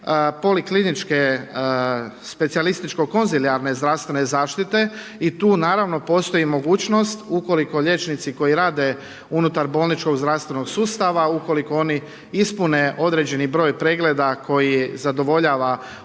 polikliničke specijalističko konzilijarne zdravstvene zaštite i tu naravno postoji mogućnost u koliko liječnici koji rade unutar bolničkog zdravstvenog sustava u koliko oni ispune određeni broj pregleda koji zadovoljava određene